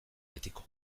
betiko